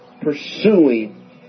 pursuing